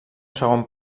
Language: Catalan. segon